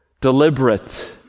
deliberate